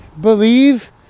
Believe